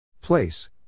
Place